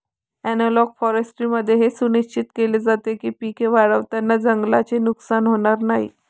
analogue फॉरेस्ट्रीमध्ये हे सुनिश्चित केले जाते की पिके वाढवताना जंगलाचे नुकसान होणार नाही